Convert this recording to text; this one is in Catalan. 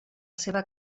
seva